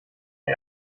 der